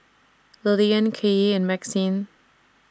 Lilian Kylee and Maxine